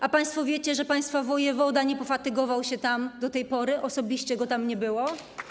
A państwo wiecie, że państwa wojewoda nie pofatygował się tam do tej pory, osobiście go tam nie było?